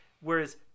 whereas